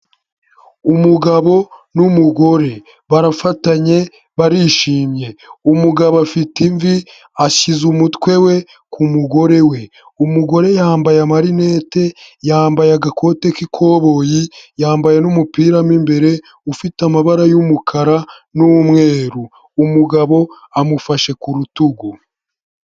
Umugabo n'umugore barafatanye barishimye, umugabo afite imvi ashyize umutwe we ku mugore we, umugore yambaye marinete, yambaye agakote k'ikoboyi, yambaye n'umupira w'imbere ufite amabara y'umukara n'umweru, umugabo amufashe ku rutugu.